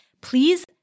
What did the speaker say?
please